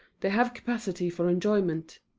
they have capacity for enjoyment.